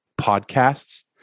Podcasts